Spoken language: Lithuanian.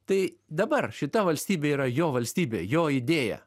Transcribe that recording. tai dabar šita valstybė yra jo valstybė jo idėja